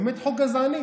באמת חוק גזעני.